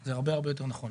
זה הרבה הרבה יותר נכון.